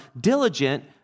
diligent